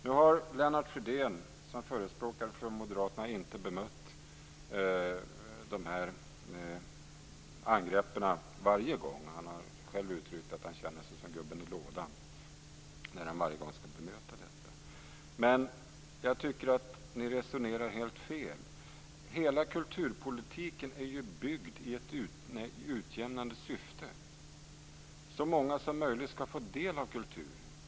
Nu har Lennart Fridén som förespråkare för moderaterna inte bemött angreppen varje gång. Han har själv uttryckt det att han känner sig som gubben i lådan när han varje gång skall bemöta dem. Men jag tycker att ni resonerar helt fel. Hela kulturpolitiken är byggd i ett utjämnande syfte. Så många som möjligt skall få del av kulturen.